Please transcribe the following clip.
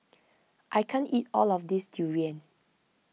I can't eat all of this Durian